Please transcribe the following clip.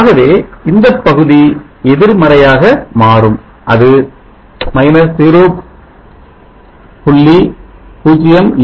ஆகவே இந்த பகுதி எதிர்மறையாக மாறும் அது 0